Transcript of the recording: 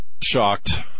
Shocked